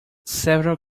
several